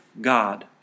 God